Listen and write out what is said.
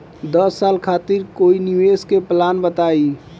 दस साल खातिर कोई निवेश के प्लान बताई?